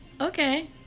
okay